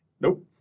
Nope